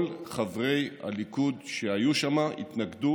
כל חברי הליכוד שהיו שם התנגדו